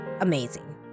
amazing